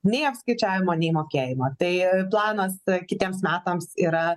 nei apskaičiavimo nei mokėjimo tai planas kitiems metams yra